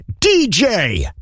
DJ